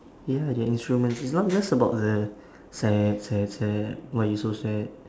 ya lah their instruments it's not just about the sad sad sad why you so sad